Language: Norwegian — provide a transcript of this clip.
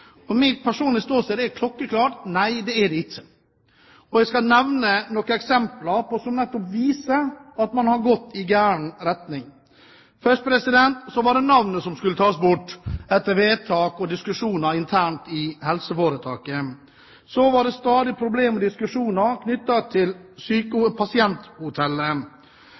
Jeg skal nevne noen eksempler som nettopp viser at man har gått i gal retning: Først var det navnet som skulle tas bort, etter vedtak og diskusjoner internt i helseforetaket. Så var det stadig problemer og diskusjoner knyttet til pasienthotellet.